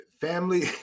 Family